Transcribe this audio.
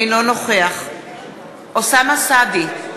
אינו נוכח אוסאמה סעדי,